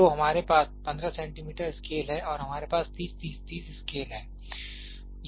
तो हमारे पास 15 सेंटीमीटर स्केल है और हमारे पास 30 30 30 स्केल हैं